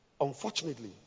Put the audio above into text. Unfortunately